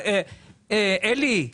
אלי,